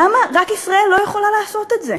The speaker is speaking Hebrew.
למה רק ישראל לא יכולה לעשות את זה?